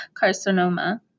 carcinoma